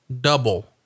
double